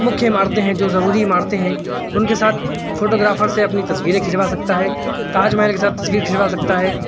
مکھیہ عمارتیں ہیں جو ضروری عمارتیں ہیں ان کے ساتھ فوٹوگرافر سے اپنی تصویریں کھینچوا سکتا ہے تاج محل کے ساتھ تصویر کھینچوا سکتا ہے